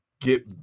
get